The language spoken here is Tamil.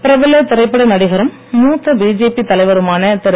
பிரபல திரைப்பட நடிகரும் மூத்த பிஜேபி தலைவருமான திரு